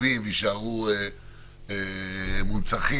כתובים ומונצחים.